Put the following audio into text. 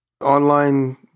online